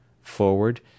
forward